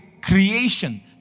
creation